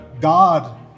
God